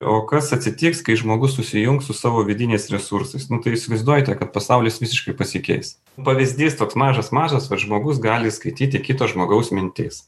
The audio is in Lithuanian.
o kas atsitiks kai žmogus susijungs su savo vidiniais resursais nu tai įsivaizduojate kad pasaulis visiškai pasikeis pavyzdys toks mažas mažas kad žmogus gali skaityti kito žmogaus mintis